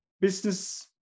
business